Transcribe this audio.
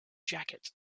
jacket